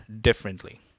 differently